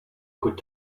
could